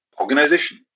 organization